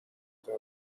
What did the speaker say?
there